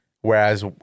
Whereas